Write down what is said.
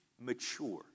mature